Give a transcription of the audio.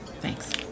Thanks